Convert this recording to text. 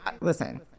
listen